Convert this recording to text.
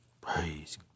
Praise